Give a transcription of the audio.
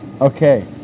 okay